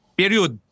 period